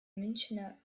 münchener